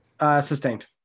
Sustained